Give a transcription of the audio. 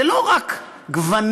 זה לא רק גוונים,